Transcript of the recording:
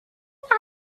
haben